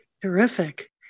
Terrific